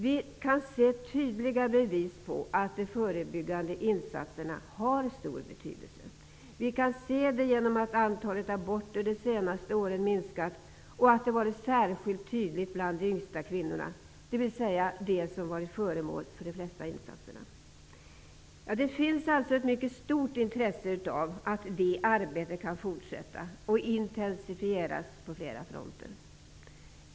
Det finns tydliga bevis på att de förebyggande insatserna har stor betydelse. Vi kan se det genom att antalet aborter har minskat de senaste åren. Det har varit särskilt tydligt bland de yngsta kvinnorna, dvs. de som varit föremål för de flesta insatserna. Det finns alltså ett mycket stort intresse av att det arbetet kan fortsätta och intensifieras på flera fronter.